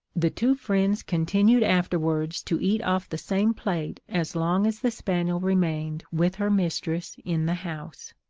the two friends continued afterwards to eat off the same plate as long as the spaniel remained with her mistress in the house.